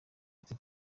ati